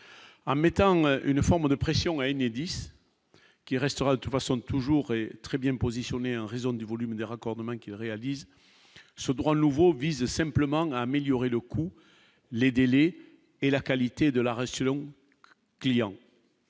en mettant une forme de pression à Enedis qui restera toutefois sont toujours très bien positionnée en raison du volume des raccordements qui réalise ce droit nouveau vise simplement à améliorer le coup les délais et la qualité de l'arrêt selon client